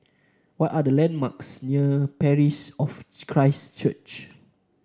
what are the landmarks near Parish of Christ Church